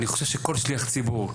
אני חושב שכל שליח ציבור,